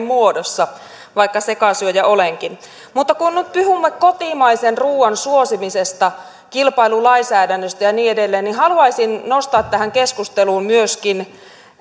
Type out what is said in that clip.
muodossa vaikka sekasyöjä olenkin mutta kun nyt puhumme kotimaisen ruuan suosimisesta kilpailulainsäädännöstä ja niin edelleen niin haluaisin nostaa tähän keskusteluun myöskin